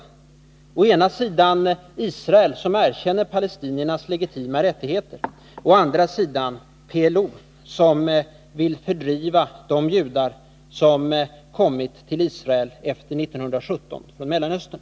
Mellan å ena sidan Israel, som erkänner palestiniernas legitima rättigheter, och å andra sidan PLO, som vill att de judar som kommit till Israel efter 1917 skall fördrivas från Mellanöstern.